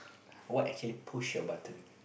what actually push your button